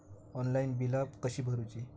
Online बिला कशी भरूची?